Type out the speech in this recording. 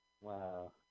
Wow